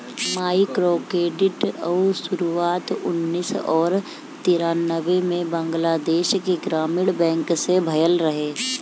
microcredit कअ शुरुआत उन्नीस और तिरानबे में बंगलादेश के ग्रामीण बैंक से भयल रहे